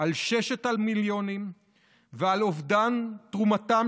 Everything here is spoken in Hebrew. על ששת המיליונים ועל אובדן תרומתם